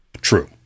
True